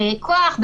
כוח,